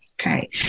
Okay